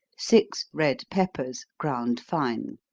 six red peppers, ground fine